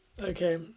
Okay